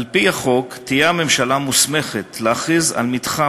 על-פי החוק תהיה הממשלה מוסמכת להכריז על מתחם